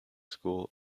school